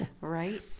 Right